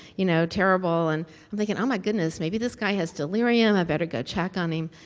you know, terrible, and i'm thinking, oh my goodness. maybe this guy has delirium. i better go check on him.